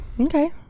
Okay